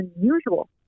unusual